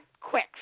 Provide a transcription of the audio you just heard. quick